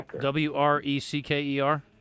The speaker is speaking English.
W-R-E-C-K-E-R